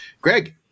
Greg